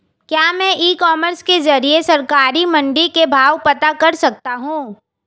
क्या मैं e commerce के ज़रिए सरकारी मंडी के भाव पता कर सकता हूँ?